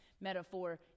metaphor